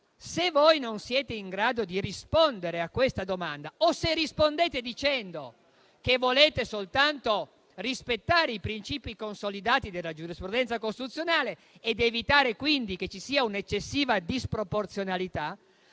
Se voi non siete in grado di rispondere a questa domanda o se rispondete dicendo che volete soltanto rispettare i princìpi consolidati della giurisprudenza costituzionale ed evitare quindi che ci sia un'eccessiva disproporzionalità,